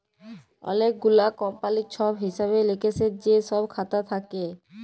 অলেক গুলা কমপালির ছব হিসেব লিকেসের যে খাতা থ্যাকে